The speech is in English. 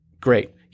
Great